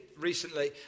recently